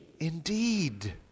Indeed